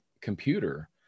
computer